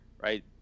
right